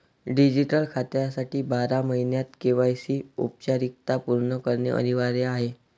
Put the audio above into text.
digital खात्यासाठी बारा महिन्यांत के.वाय.सी औपचारिकता पूर्ण करणे अनिवार्य आहे